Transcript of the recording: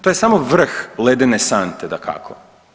To je samo vrh ledene sante dakako.